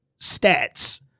stats